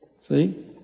See